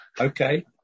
Okay